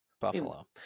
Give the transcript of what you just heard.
Buffalo